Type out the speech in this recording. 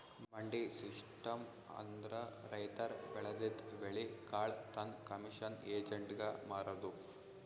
ಮಂಡಿ ಸಿಸ್ಟಮ್ ಅಂದ್ರ ರೈತರ್ ಬೆಳದಿದ್ದ್ ಬೆಳಿ ಕಾಳ್ ತಂದ್ ಕಮಿಷನ್ ಏಜೆಂಟ್ಗಾ ಮಾರದು